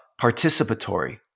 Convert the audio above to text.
participatory